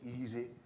easy